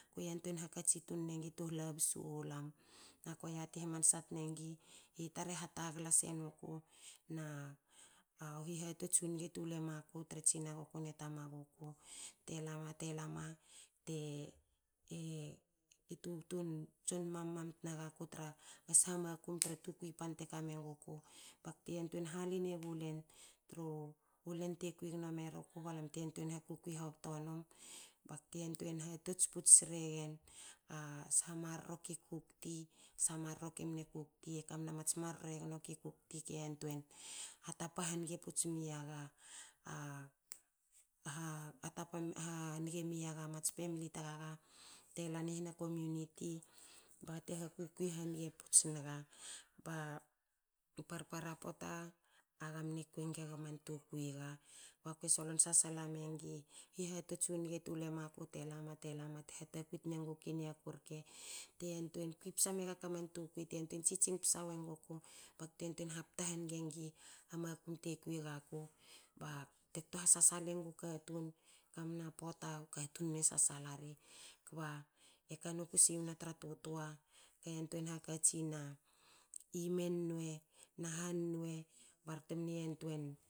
Ko yantuein hakatsi tunni nengi tu hla bsu wulam. nako yati hamansa tne ngi. itar e hatagla senuku. na u hihatots u nge tu luema ku tre tsinaguku na tamaguku. te lama te lama te a. tubtun tson mam mam tna gak tra sha makum tra tukui pan te ka menguku bakte yantuein haline gulen tru ta kui gno meruku balam te yantuein hakukui habto num bakte yantuein hatots puts sregen a she marro ki kukti. sha marro ki mni kukti e kamna mats marro e gno ki kukti ke yantuein hatapa hange puts miaga. hatapa hange miaga mats famli tagaga telani hna kominiti bagate ha kukui puts singa. Ba parpara pota aga mne kui eng gaman tukui ga. Bakue solon sasala mengi u hihatots u nge tu lue maku te lama te lama te hatakwi tne ngukui niaku rke. Te yantuein kui psa megaku aman tukui te yantuein tsitsing psa wenguku bakte yantuein hapta hange ngi makum te kui gaku bakte kto ha sasal enge go katun. Kamna pota. u katun mne sasala ri kba e kanoku siwna tra tutua ka yantuein hakatsina i me nwe na hanwe barte mene antuen